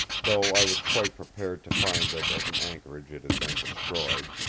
though i was quite prepared to find that as an anchorage, it had been destroyed.